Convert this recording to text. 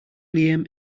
liam